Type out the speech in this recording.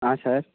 ಹಾಂ ಸರ್